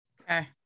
okay